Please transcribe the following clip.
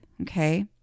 Okay